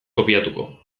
kopiatuko